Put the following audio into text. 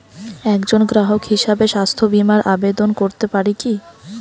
একজন গ্রাহক হিসাবে স্বাস্থ্য বিমার আবেদন করতে পারি কি?